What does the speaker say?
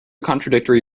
contradictory